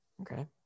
Okay